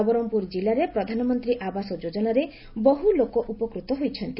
ନବରଙ୍ଙପୁର କିଲ୍ଲାରେ ପ୍ରଧାନମନ୍ତୀ ଆବାସ ଯୋଜନାରେ ବହୁ ଲୋକ ଉପକୃତ ହୋଇଛନ୍ତି